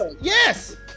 Yes